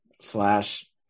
slash